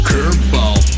Curveball